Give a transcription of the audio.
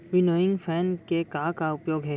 Winnowing fan के का का उपयोग हे?